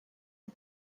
you